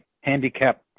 handicapped